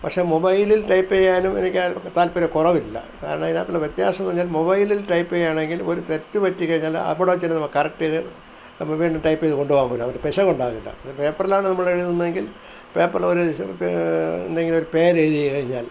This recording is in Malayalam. പക്ഷെ മൊബൈലിൽ ടൈപ്പ് ചെയ്യാനും എനിക്കു താത്പര്യക്കുറവില്ല കാരണം അതിനകത്തുള്ള വ്യത്യാസമെന്നു പറഞ്ഞാൽ മൊബൈലിൽ ടൈപ്പ് ചെയ്യണമെങ്കിൽ ഒരു തെറ്റ് പറ്റിക്കഴിഞ്ഞാൽ അവിടെ വെച്ചു തന്നെ നമുക്ക് കറക്റ്റ് ചെയ്തു വീണ്ടും ടൈപ്പ് ചെയ്തു കൊണ്ടു പോകാനൊക്കില്ല മറ്റെ പിശകുണ്ടാകില്ല അതു പേപ്പറിലാണ് നമ്മളെഴുതുന്നതെങ്കിൽ പേപ്പറിലൊരു എന്തെങ്കിലുമൊരു പേരെഴുതി കഴിഞ്ഞാൽ